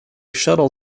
shuttle